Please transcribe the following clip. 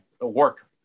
work